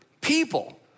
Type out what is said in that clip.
people